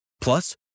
Plus